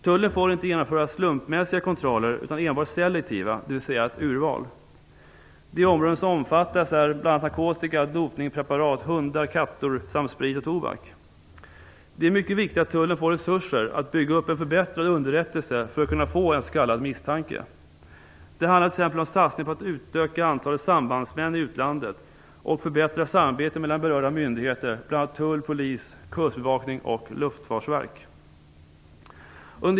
Tullen får inte genomföra slumpmässiga kontroller utan enbart selektiva dvs. ett urval. De områden som omfattas är bl.a. narkotika, dopingpreparat, hundar och katter samt sprit och tobak. Det är mycket viktigt att tullen får resurser att bygga upp en förbättrad underrättelse för att kunna få en s.k. misstanke. Det handlar t.ex. om en satsning på att öka antalet sambandsmän i utlandet och ett förbättrat samarbete mellan berörda myndigheter, bl.a. tull, polis, kustbevakning, luftfartsverk.